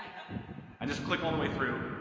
and just click all the way through.